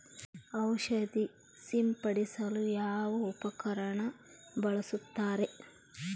ಔಷಧಿ ಸಿಂಪಡಿಸಲು ಯಾವ ಉಪಕರಣ ಬಳಸುತ್ತಾರೆ?